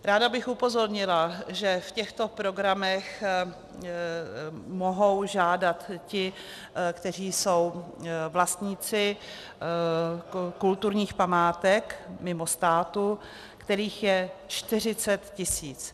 Ráda bych upozornila, že v těchto programech mohou žádat ti, kteří jsou vlastníci kulturních památek, mimo státu, kterých je 40 tisíc.